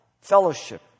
Fellowship